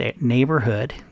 neighborhood